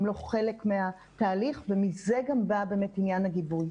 הם לא חלק מהתהליך ומזה גם בא באמת עניין הגיבוי.